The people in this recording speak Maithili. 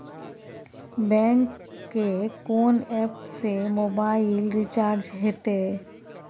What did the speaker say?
बैंक के कोन एप से मोबाइल रिचार्ज हेते?